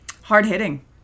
Hard-hitting